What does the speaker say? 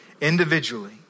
Individually